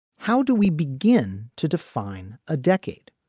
how do we begin to define a decade?